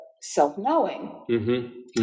self-knowing